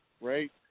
right